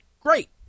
great